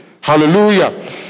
Hallelujah